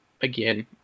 again